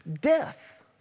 death